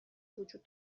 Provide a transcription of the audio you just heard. وجود